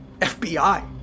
FBI